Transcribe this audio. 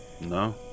No